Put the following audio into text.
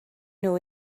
nhw